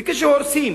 וכשהורסים